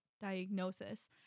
diagnosis